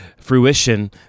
fruition